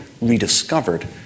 Rediscovered